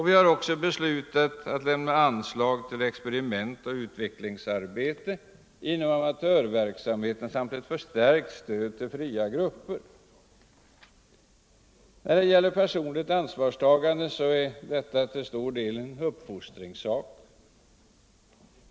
Vi har också beslutat att lämna anslag till experiment och utvecklingsarbete inom amatörverksamheten samt att ge ett förstärkt stöd till fria grupper. När det gäller personligt ansvarstagande är detta till stor del en uppfostringssak.